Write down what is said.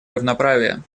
равноправия